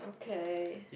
okay